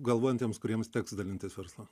galvojantiems kuriems teks dalintis verslą